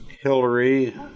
Hillary